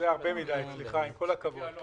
זה הרבה מדי זמן, סליחה, עם כל הכבוד.